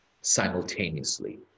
simultaneously